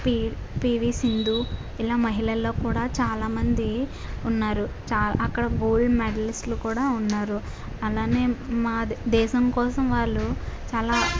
P PV Sindhu ఇలా మహిళల్లో కూడా చాలా మంది ఉన్నారు చాలా అక్కడ గోల్డ్ మెడలిస్టులు కూడా ఉన్నారు అలానే మా దేశం కోసం వాళ్ళు చాలా